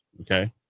okay